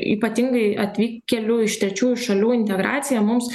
ypatingai atvykėlių iš trečiųjų šalių integracija mums